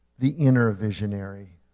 the inner visionary.